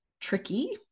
tricky